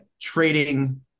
trading